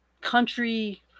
country